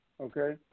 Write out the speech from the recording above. okay